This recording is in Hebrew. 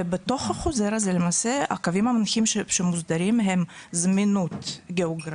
בתוך החוזר הזה למעשה הקווים המנחים שמוסדרים הם זמינות גיאוגרפית,